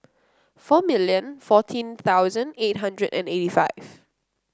four million fourteen thousand eight hundred and eighty five